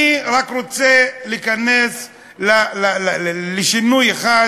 אני רק רוצה להיכנס לשינוי אחד